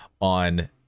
on